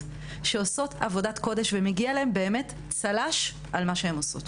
שעושות עבודת קודש ומגיע להם צל"ש על מה שהן עושות.